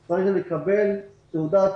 שהוא צריך לקבל תעודת